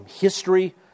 history